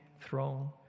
throne